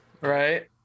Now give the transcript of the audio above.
Right